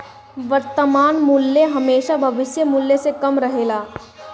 वर्तमान मूल्य हेमशा भविष्य मूल्य से कम रहेला